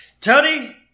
Tony